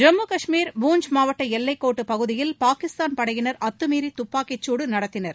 ஜம்மு காஷ்மீர் பூஞ்ச் மாவட்ட எல்லைக் கோட்டுப் பகுதியில் பாகிஸ்தான் படையினர் அத்தமீறி துப்பாக்கிச் குடு நடத்தினர்